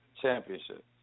championship